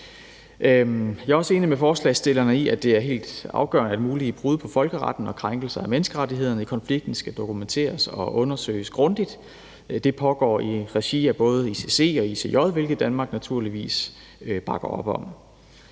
Jeg er også enig med forslagsstillerne i, at det er helt afgørende, at mulige brud på folkeretten og krænkelser af menneskerettighederne i konflikten skal dokumenteres og undersøges grundigt. Det pågår i regi af både ICC og ICJ, hvilket Danmark naturligvis bakker op om.